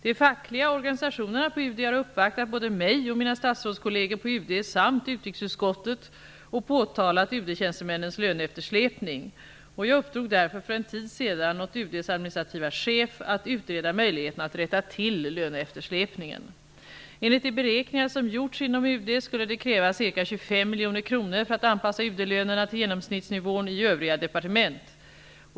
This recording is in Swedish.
De fackliga organisationerna på UD har uppvaktat både mig och mina statsrådskolleger på UD samt utrikesutskottet och påtalat UD-tjänstemännens löneeftersläpning. Jag uppdrog därför för en tid sedan åt UD:s administrativa chef att utreda möjligheterna att rätta till löneeftersläpningen. Enligt de beräkningar som gjorts inom UD skulle det krävas ca 25 miljoner kronor för att anpassa UD-lönerna till genomsnittsnivån i övriga departement.